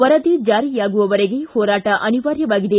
ವರದಿ ಜಾರಿಯಾಗುವವರೆಗೆ ಹೋರಾಟ ಅನಿವಾರ್ಯವಾಗಿದೆ